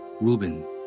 Reuben